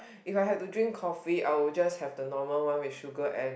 if I have to drink coffee I will just have the normal one with sugar and